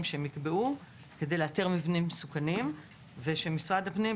שהם יקבעו כדי לאתר מבנים מסוכנים ושמשרד הפנים,